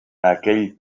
aquell